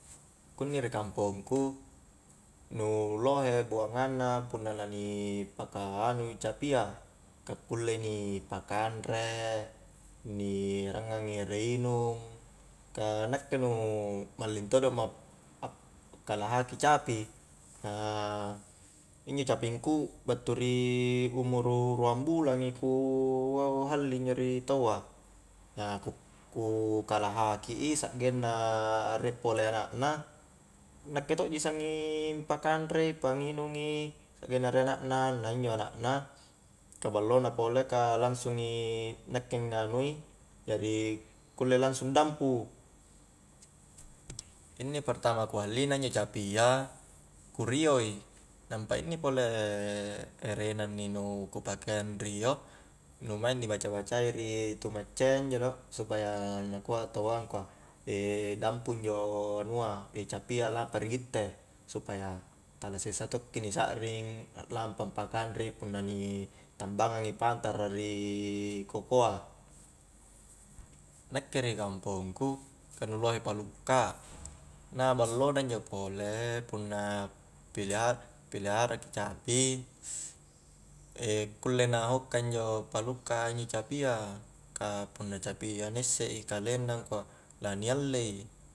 Kunni ri kampongku nu lohe buangang na punna na ni paka anui capia ka kulle ni pakanre, ni erangangi i ere inung, ka nakke nu malling todo ma ap-akkalahaki capi ka injo capingko battu ri umuru ruang bulangi ku halli injo ri taua ku kalahaki i sakgenna riek pole anakna nakke to' ji sangnging pakanrei, panginung i, sakgenna riek anak na na injo anak na ka ballo na pole ka langsungi nakke anganui jari kulle langsung dampu inni pertama ku halli na injo capia ku rio i nampa inni pole erena inni nu ku pakea anrio nu maing ni baca-bacai ri tu maccayya injo do supaya nakua taua angkua dampu injo capia lampa ri gitte supaya tala sessa tokki ni sakring aklampa pakanre i punna ni tambangang i pantara ri kokoa nakke ri kampongku, ka nu lohe palukka na ballo na injo pole punna pilihara ki capi kulle na hokka injo palukka a capia ka punna capi a na isse i kalenna angkua la ni allei